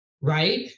right